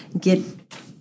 get